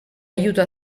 aiuto